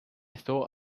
thought